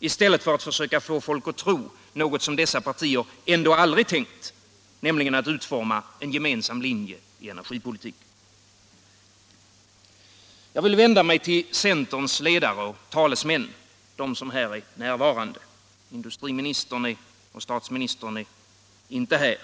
i stället för att försöka få folk att tro att man vill utforma en gemensam linje i egenergipolitiken, något som dessa partier ändå aldrig haft för avsikt. Jag vill vända mig till de av centerns ledare och talesmän som är närvarande här. Statsministern och industriministern är inte här.